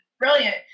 brilliant